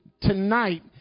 tonight